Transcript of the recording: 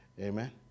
amen